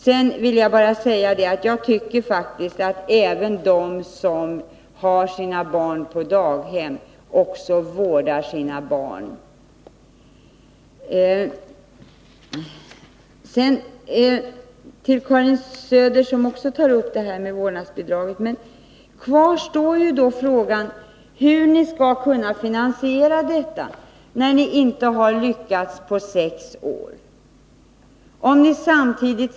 Sedan vill jag bara säga att jag faktiskt tycker att även de som har sina barn på daghem också vårdar sina barn. Karin Söder tar upp vårdnadsbidraget. Samtidigt säger ni att ni inte vill göra avkall på ambitionerna när det gäller utbyggnaden av barnomsorgen.